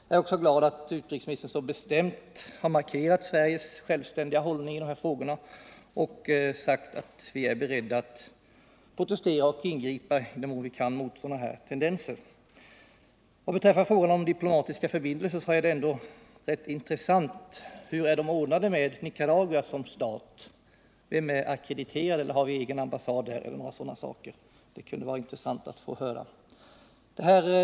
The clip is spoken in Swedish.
Jag är också glad att utrikesministern så bestämt har markerat Sveriges självständiga hållning i de här frågorna och sagt att vi är beredda att protestera och ingripa i den mån vi kan mot dessa tendenser. Vad beträffar frågan om diplomatiska förbindelser är det ändå rätt intressant att veta hur de är ordnade till Nicaragua som stat. Vem är ackrediterad, har vi egen ambassad osv.? Det kunde vara intressant att höra något om detta.